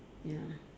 ya